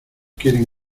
quieren